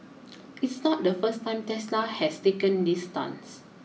it's not the first time Tesla has taken this stance